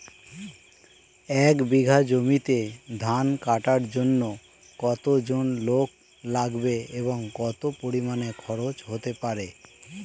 এক বিঘা জমিতে ধান কাটার জন্য কতজন লোক লাগবে এবং কত পরিমান খরচ হতে পারে?